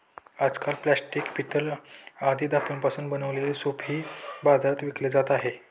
आजकाल प्लास्टिक, पितळ आदी धातूंपासून बनवलेले सूपही बाजारात विकले जात आहेत